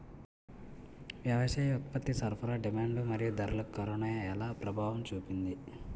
వ్యవసాయ ఉత్పత్తి సరఫరా డిమాండ్ మరియు ధరలకు కరోనా ఎలా ప్రభావం చూపింది